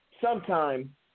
sometime